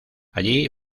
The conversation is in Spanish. allí